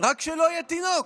רק שלא יהיה תינוק.